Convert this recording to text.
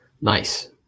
Nice